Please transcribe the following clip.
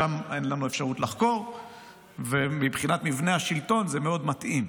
שם אין לנו אפשרות לחקור ומבחינת מבנה השלטון זה מאוד מתאים.